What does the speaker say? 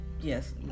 yes